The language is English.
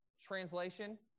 translation